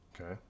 Okay